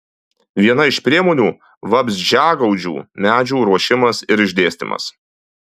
viena iš priemonių vabzdžiagaudžių medžių ruošimas ir išdėstymas